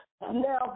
now